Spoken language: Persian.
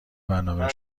برنامه